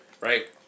right